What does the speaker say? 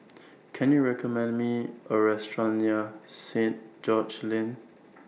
Can YOU recommend Me A Restaurant near Saint George's Lane